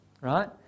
right